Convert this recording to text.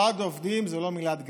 ועד עובדים זה לא מילת גנאי,